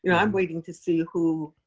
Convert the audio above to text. you know i'm waiting to see who